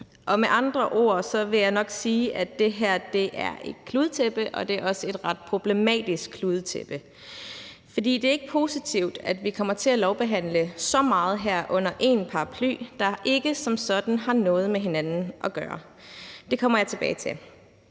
Med andre ord vil jeg nok sige, at det her er et kludetæppe, og det er også et ret problematisk kludetæppe. For det er ikke positivt, at vi kommer til at lovbehandle så meget her under én paraply, der ikke som sådan har noget med hinanden at gøre. Det kommer jeg tilbage til.